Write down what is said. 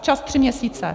Čas tři měsíce.